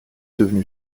devenu